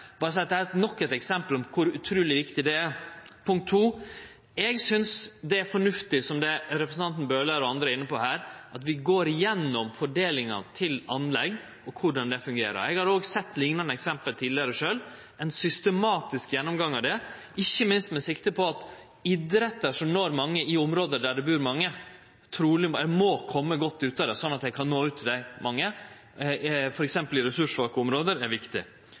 Eg vil berre seie at dette er endå eit eksempel på kor utruleg viktig det er. For det andre synest eg det er fornuftig, slik representanten Bøhler og andre er inne på her, at vi går igjennom fordelinga til anlegg og korleis det fungerer. Eg har sett liknande eksempel tidligare sjølv. Ein systematisk gjennomgang av dette – ikkje minst med sikte på at idrettar som når mange i område der det bur mange, må kome godt ut av det, slik at ein kan nå ut til mange, f.eks. i ressurssvake område – er viktig.